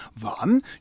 One